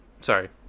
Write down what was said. sorry